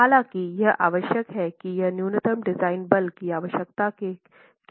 हालांकि यह आवश्यक है कि यह न्यूनतम डिजाइन बल की आवश्यकता के खिलाफ सत्यापित हो